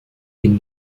been